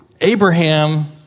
Abraham